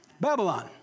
babylon